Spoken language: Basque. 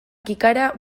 kikara